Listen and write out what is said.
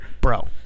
bro